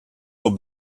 will